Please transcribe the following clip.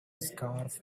scarf